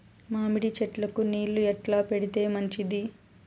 మామిడి చెట్లకు నీళ్లు ఎట్లా పెడితే మంచిది?